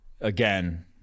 again